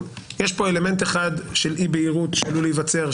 פה אלמנט אחד של אי בהירות שעלול להיווצר,